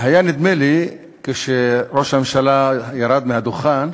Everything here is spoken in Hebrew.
היה נדמה לי, כשראש הממשלה ירד מהדוכן,